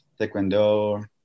taekwondo